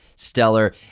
stellar